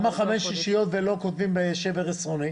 למה חמש שישיות ולא כותבים שבר עשרוני?